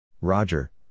Roger